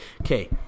okay